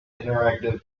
interactive